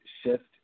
shift